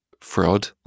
fraud